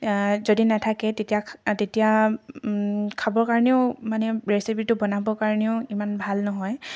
যদি নাথাকে তেতিয়া তেতিয়া খাবৰ কাৰণেও মানে ৰেচিপিটো বনাবৰ কাৰণেও ইমান ভাল নহয়